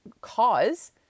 cause